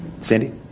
Sandy